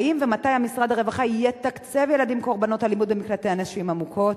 האם ומתי יתקצב משרד הרווחה ילדים קורבנות אלימות במקלטי הנשים המוכות?